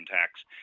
tax